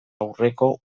aurreko